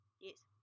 Yes